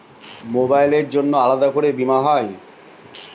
মোবাইলের জন্য আলাদা করে বীমা হয়?